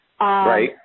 Right